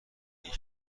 این